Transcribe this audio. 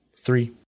Three